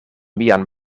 mian